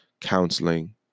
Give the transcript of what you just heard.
counseling